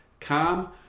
Calm